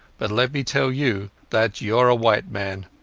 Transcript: but let me tell you that youare a white man.